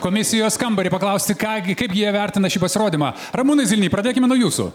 komisijos kambarį paklausti ką gi kaip jie vertina šį pasirodymą ramūnai zilny pradėkime nuo jūsų